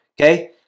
okay